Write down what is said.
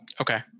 Okay